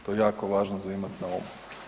To je jako važno za imat na umu.